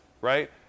right